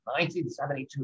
1972